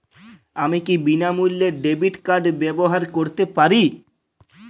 আমি কি বিনামূল্যে ডেবিট কার্ড ব্যাবহার করতে পারি?